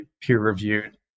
peer-reviewed